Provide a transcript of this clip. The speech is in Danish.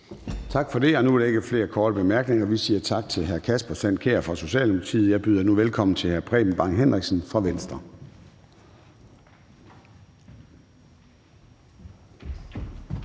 Tak for det. Nu er der ikke flere korte bemærkninger. Vi siger tak til hr. Kasper Sand Kjær fra Socialdemokratiet. Jeg byder nu velkommen til hr. Preben Bang Henriksen fra Venstre.